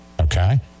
Okay